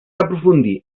aprofundir